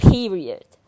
Period